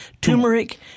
Turmeric